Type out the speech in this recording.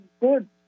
good